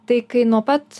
tai kai nuo pat